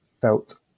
felt